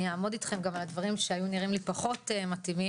אני אעמוד איתכם גם על הדברים שהיו נראים לי פחות מתאימים,